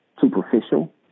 superficial